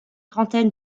trentaine